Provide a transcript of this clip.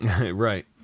Right